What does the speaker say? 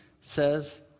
says